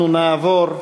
אנחנו נעבור,